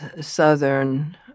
Southern